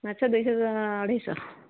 ମାଛ ଦୁଇଶହ ଅଢ଼େଇଶହ